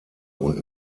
und